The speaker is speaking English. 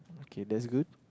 okay that's good